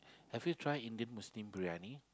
have you tried Indian Muslim biryani